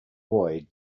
boy